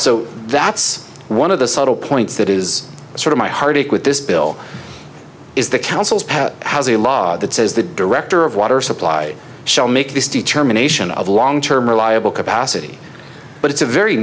so that's one of the subtle points that is sort of my heartache with this bill is the council's pat has a law that says the director of water supply shall make this determination of long term reliable capacity but it's a very